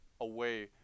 away